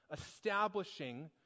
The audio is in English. establishing